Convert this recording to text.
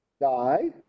die